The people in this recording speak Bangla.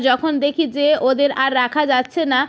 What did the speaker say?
যখন দেখি যে ওদের আর রাখা যাচ্ছে না